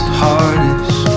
hardest